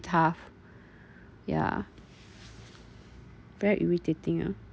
tough ya very irritating you know